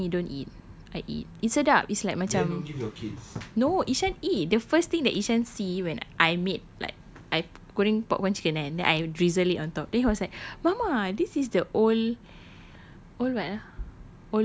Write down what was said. okay lah then you don't eat I eat is sedap it's like macam no ishan eat the first thing that ishan see when I made like I goreng popcorn chicken kan then I drizzle it on top then he was like mama this is the old old what ah